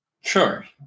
Sure